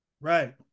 Right